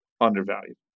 undervalued